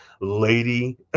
lady